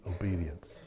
obedience